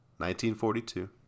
1942